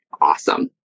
awesome